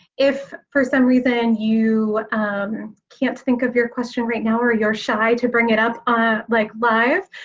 if for some reason you can't think of your question right now, or you're shy to bring it up ah like live,